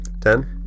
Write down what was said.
Ten